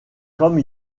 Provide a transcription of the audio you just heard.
comme